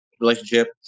relationship